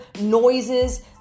noises